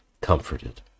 comforted